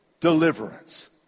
deliverance